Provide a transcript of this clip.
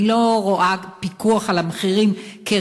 אני לא רואה פיקוח על המחירים כריאלי,